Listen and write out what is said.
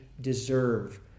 deserve